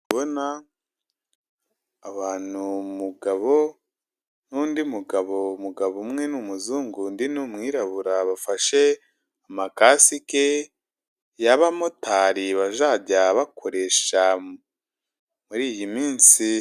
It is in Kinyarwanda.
Ndi kubona abantu, umugabo n'undi mugabo, umugabo umwe ni umuzungu, undi ni umwirabura, bafashe amakasike y'abamotari bazajya bakoresha muri iyi minsi.